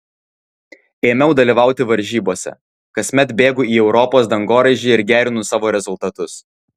ėmiau dalyvauti varžybose kasmet bėgu į europos dangoraižį ir gerinu savo rezultatus